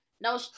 no